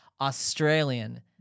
Australian